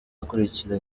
akurikira